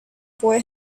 boy